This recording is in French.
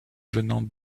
venant